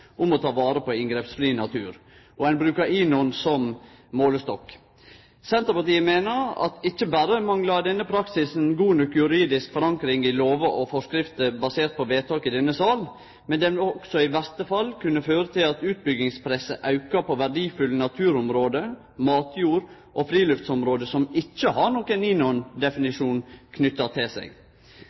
om å ta vare på inngrepsfri natur. Ein brukar INON som målestokk. Senterpartiet meiner at ikkje berre manglar denne praksisen god nok juridisk forankring i lover og forskrifter basert på vedtak i denne salen, han vil også i verste fall kunne føre til at utbyggingspresset aukar på verdifulle naturområde, matjord og friluftsområde som ikkje har nokon INON-definisjon knytt til seg.